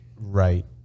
right